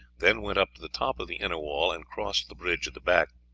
then went up to the top of the inner wall and crossed the bridge at the back.